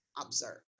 observe